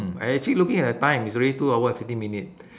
mm I actually looking at the time it's already two hour and fifteen minute